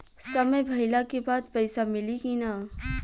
समय भइला के बाद पैसा मिली कि ना?